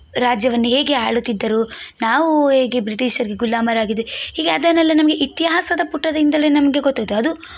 ರಾಜ್ಯವನ್ನ ಹೇಗೆ ಆಳುತ್ತಿದ್ದರು ನಾವು ಹೇಗೆ ಬ್ರಿಟೀಷರಿಗೆ ಗುಲಾಮರಾಗಿದ್ವಿ ಹೀಗೆ ಅದನ್ನೆಲ್ಲ ನಮಗೆ ಇತಿಹಾಸದ ಪುಟದಿಂದಲೇ ನಮಗೆ ಗೊತ್ತಾದದ್ದು ಅದು